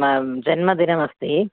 म जन्मदिनमस्ति